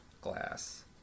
glass